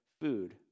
food